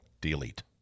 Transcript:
Delete